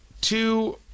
two